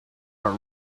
are